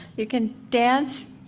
you can dance,